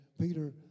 Peter